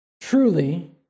Truly